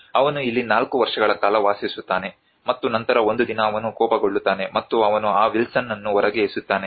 ಅವನು ಇಲ್ಲಿ 4 ವರ್ಷಗಳ ಕಾಲ ವಾಸಿಸುತ್ತಾನೆ ಮತ್ತು ನಂತರ ಒಂದು ದಿನ ಅವನು ಕೋಪಗೊಳ್ಳುತ್ತಾನೆ ಮತ್ತು ಅವನು ಆ ವಿಲ್ಸನ್ನನ್ನು ಹೊರಗೆ ಎಸೆಯುತ್ತಾನೆ